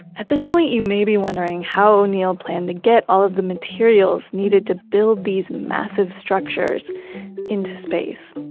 at this point, you may be wondering how o'neill planned to get all of the materials needed to build these massive structures into space.